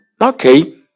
Okay